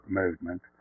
movement